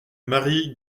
marie